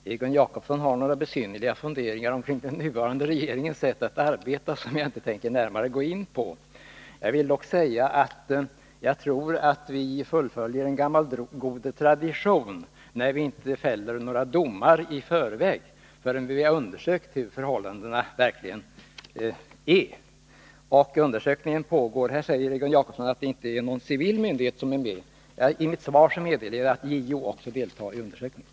Herr talman! Egon Jacobsson har några besynnerliga funderingar kring den nuvarande regeringens sätt att arbeta. Jag tänker inte närmare gå in på dessa. Jag vill dock säga att jag tror att vi fullföljer en gammal god tradition när vi inte fäller några domar förrän vi har undersökt hur förhållandena verkligen är, och undersökningen pågår ju. Egon Jacobsson säger att ingen civil myndighet är med. Ja, i mitt svar meddelade jag att JO också undersöker förhållandena.